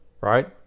right